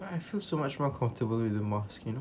but I feel so much comfortable with the mask you know